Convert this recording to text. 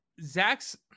Zach's